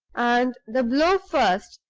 and the blow first,